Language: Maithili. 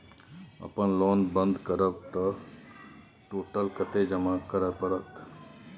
अपन लोन बंद करब त टोटल कत्ते जमा करे परत?